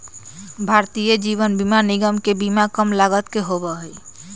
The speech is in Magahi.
भारतीय जीवन बीमा निगम के बीमा कम लागत के होबा हई